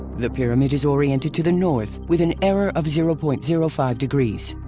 the pyramid is oriented to the north with an error of zero point zero five degrees.